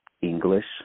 English